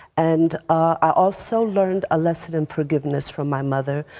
and i also learned a lesson in forgiveness from my mother,